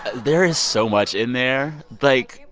there is so much in there. like,